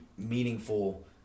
meaningful